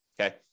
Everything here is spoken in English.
okay